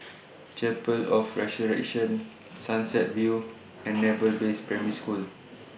Chapel of Resurrection Sunset View and Naval Base Primary School